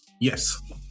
Yes